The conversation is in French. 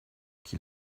qui